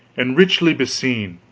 and richly beseen,